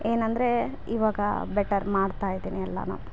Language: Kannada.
ಏನಂದರೆ ಇವಾಗ ಬೆಟರ್ ಮಾಡ್ತಾ ಇದ್ದೀನಿ ಎಲ್ಲಾನು